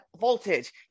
Voltage